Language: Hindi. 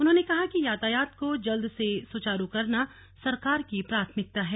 उन्होंने कहा कि यातायात को जल्द से सुचारू करना सरकार की प्राथमिकता है